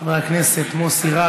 חבר הכנסת מוסי רז,